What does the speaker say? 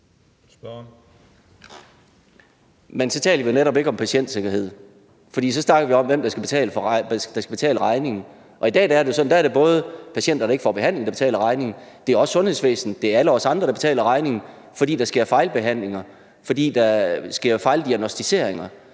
så taler vi jo netop ikke om patientsikkerhed. For så snakker vi om, hvem der skal betale regningen. I dag er det sådan, at det både er patienter, der ikke får behandling, der betaler regningen, og det er også sundhedsvæsenet og alle os andre, der betaler regningen, fordi der sker fejlbehandlinger,